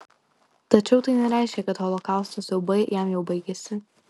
tačiau tai nereiškė kad holokausto siaubai jam jau baigėsi